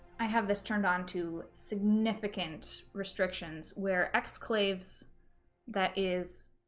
i have this turned on to significant restrictions, where exclaves that is,